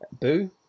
Boo